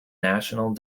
national